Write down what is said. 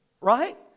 Right